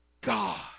God